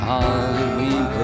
Halloween